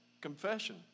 confession